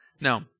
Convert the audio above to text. Now